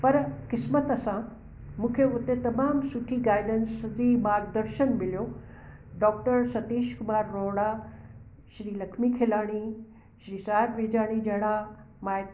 पर क़िस्मत सां मूंखे हुते तमामु सुठी गाईडंस सुठी मार्गदर्शन मिलियो डॉक्टर सतीश कुमार रोहिड़ा श्री लख्मी खिलाणी श्री साहिबु ॿीजाणी जहिड़ा माए